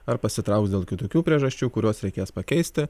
ar pasitrauks dėl kitokių priežasčių kuriuos reikės pakeisti